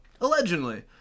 allegedly